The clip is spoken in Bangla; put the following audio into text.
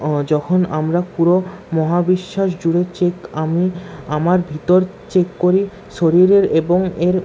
যখন আমরা পুরো মহা বিশ্বাস জুড়ে চেক আমি আমার ভিতর চেক করি শরীরের এবং এর